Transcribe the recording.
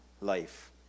life